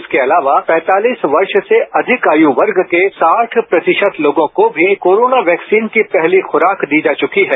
इसके अलावा पैंतालीस वर्ष से अधिक आय् वर्ग के साठ प्रतिशत लोगों को भी कोरोना वैक्सीन की पहली खुराक दी जा चुकी है